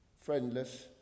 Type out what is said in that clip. friendless